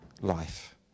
life